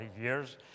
years